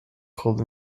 called